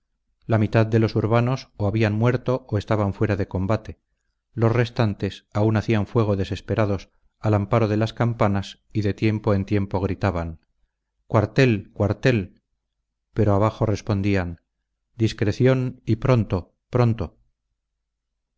la mitad de los urbanos o habían muerto o estaban fuera de combate los restantes aún hacían fuego desesperados al amparo de las campanas y de tiempo en tiempo gritaban cuartel cuartel pero de abajo respondían discreción y pronto pronto